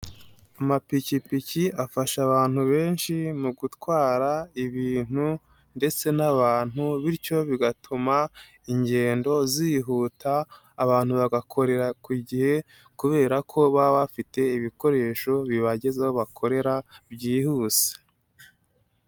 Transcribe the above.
Amapikipiki afasha abantu benshi mu gutwara ibintu ndetse n'abantu bityo bigatuma ingendo zihuta, abantu bagakorera ku gihe kubera ko baba bafite ibikoresho bibagizaho bakorera byihuse.